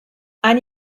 ein